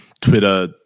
Twitter